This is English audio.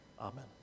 Amen